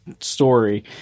story